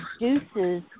reduces